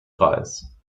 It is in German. reis